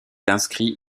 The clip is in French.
inscrit